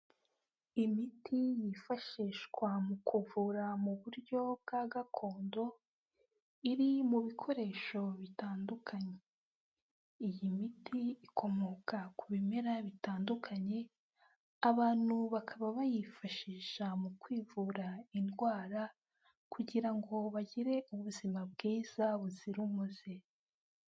Imiti yifashishwa mu kuvura mu buryo bwa gakondo iri mu bikoresho bitandukanye, iyi miti ikomoka ku bimera bitandukanye abantu bakaba bayifashisha mu kwivura indwara kugira ngo bagire ubuzima bwiza buzira umuze.